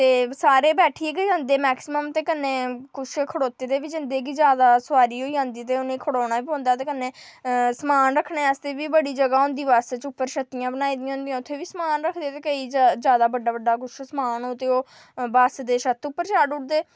ते सारे बैठियै गै जंदे मैक्सीमम ते कन्नै किश खड़ोते दे बी जंदे कि जैदा सोआरी होई जंदी ते उ'नेंई खड़ोना बी पौंदा कन्नै समान रक्खने आस्तै बी बड़ी जगह होंदी बस्स च परछत्तियां बनाई दी होंदियां उत्थै बी समान रक्खदे के केईं जैदा बड्डा बड्ड किश समान होए ते ओह् बस्स दे छत्त पर चाढ़ी ओड़दे